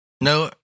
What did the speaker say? No